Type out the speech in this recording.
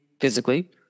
physically